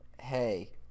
Hey